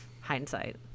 hindsight